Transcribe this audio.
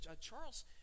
charles